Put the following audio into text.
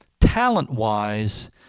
Talent-wise